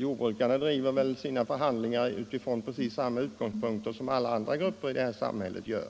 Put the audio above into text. Jordbrukarna driver sina förhandlingar utifrån precis samma utgångspunkter som alla andra grupper i samhället gör.